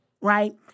Right